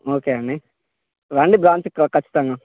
okay అండి రండి బ్రాంచ్కి ఖచ్చితంగా